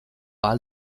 ahal